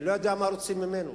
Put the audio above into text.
אני לא יודע מה רוצים ממנו.